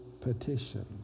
petition